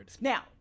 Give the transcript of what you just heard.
Now